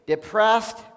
Depressed